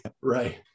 right